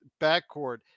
backcourt